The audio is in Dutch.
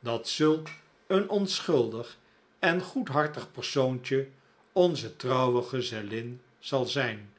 dat zulk een onschuldig en goedhartig persoontje onze trouwe gezellin zal zijn